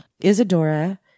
Isadora